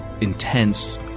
intense